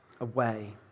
away